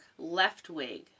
Leftwig